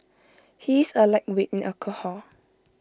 he is A lightweight in alcohol